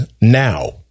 now